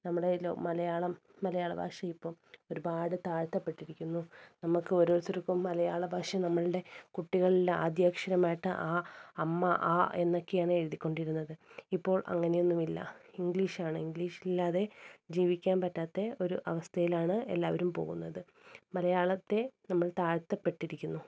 നമ്മുടെ മലയാളം മലയാള ഭാഷ ഇപ്പോള് ഒരുപാട് താഴ്ത്തപ്പെട്ടിരിക്കുന്നു നമുക്ക് ഓരോരുത്തർക്കും മലയാള ഭാഷ നമ്മളുടെ കുട്ടികളുടെ ആദ്യക്ഷരമായിട്ട് ആ അമ്മ ആ എന്നൊക്കെയാണ് എഴുതിക്കൊണ്ടിരുന്നത് ഇപ്പോൾ അങ്ങനെയൊന്നുമില്ല ഇംഗ്ലീഷാണ് ഇംഗ്ലീഷില്ലാതെ ജീവിക്കാൻ പറ്റാത്ത ഒരു അവസ്ഥയിലാണ് എല്ലാവരും പോകുന്നത് മലയാളത്തെ നമ്മൾ താഴ്ത്തപ്പെട്ടിരിക്കുന്നു